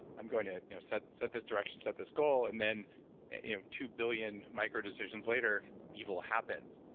i'm going to you know set set this direction, set this goal, and then you know two billion micro decisions later, evil happens.